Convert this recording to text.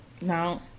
No